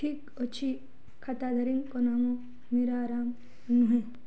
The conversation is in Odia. ଠିକ୍ ଅଛି ଖାତାଧାରୀଙ୍କ ନାମ ମୀରା ରାମ ନୁହେଁ